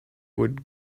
would